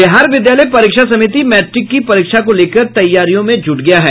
बिहार विद्यालय परीक्षा समिति मैट्रिक की परीक्षा को लेकर तैयारियों में जुट गया है